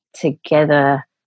together